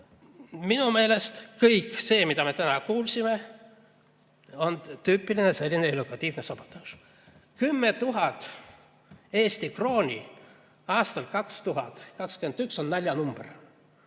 Minu meelest kõik see, mida me täna kuulsime, on tüüpiline selline illokutiivne sabotaaž. 10 000 Eesti krooni aastal 2021 on naljanumber.